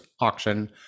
auction